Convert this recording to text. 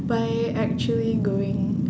by actually going